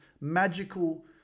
magical